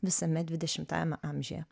visame dvidešimajame amžiuje